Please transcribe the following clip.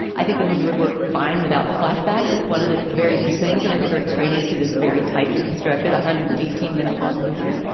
i think the movie would work fine without the flashbacks. it's one of the very few things that i think are extraneous to this very tightly constructed one hundred and eighteen minute long movie.